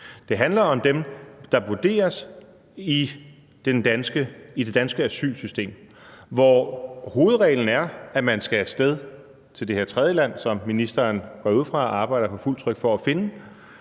Det handler om dem, der vurderes i det danske asylsystem, hvor hovedreglen er, at man skal af sted til det her tredje land, som ministeren, går jeg ud fra, arbejder på fuldt tryk for at finde,